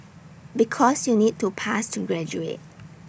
because you need to pass to graduate